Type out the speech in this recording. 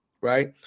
right